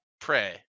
pray